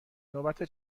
نوبت